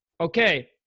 Okay